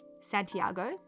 Santiago